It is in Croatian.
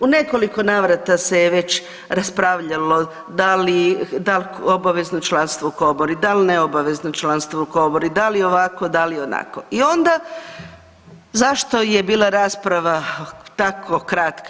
U nekoliko navrata se je već raspravljalo da li, da li obavezno članstvo u komori, da li neobavezno članstvo u komori, da li ovako, da li onako i onda zašto je bila rasprava tako kratka.